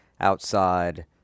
outside